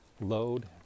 load